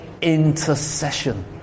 Intercession